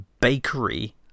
bakery